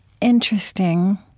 interesting